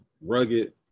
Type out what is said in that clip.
rugged